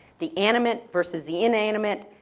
the animate versus the inanimate,